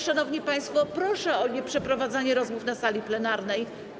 Szanowni państwo, proszę o nieprowadzenie rozmów na sali plenarnej.